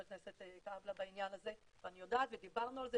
ח"כ קאבלה, העניין הזה, אני יודעת ודיברנו על זה